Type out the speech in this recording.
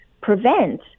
prevent